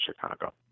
Chicago